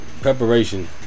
preparation